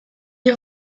est